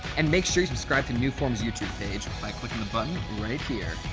and make sure you subscribe to new form's youtube page by clicking the button right here.